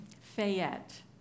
Fayette